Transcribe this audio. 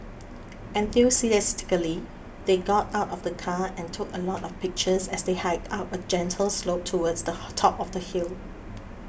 enthusiastically they got out of the car and took a lot of pictures as they hiked up a gentle slope towards the top of the hill